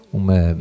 uma